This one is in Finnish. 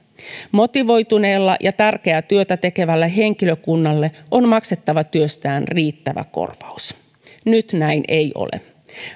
motivoituneelle ja tärkeää työtä tekevälle henkilökunnalle on maksettava työstään riittävä korvaus nyt näin ei ole